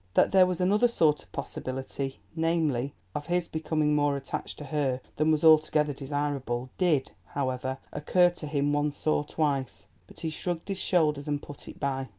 that there was another sort of possibility namely, of his becoming more attached to her than was altogether desirable did, however, occur to him once or twice. but he shrugged his shoulders and put it by.